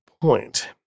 point